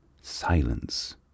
Silence